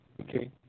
Okay